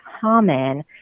common